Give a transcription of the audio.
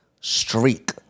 streak